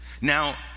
Now